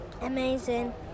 Amazing